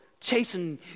chasing